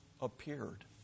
appeared